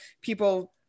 people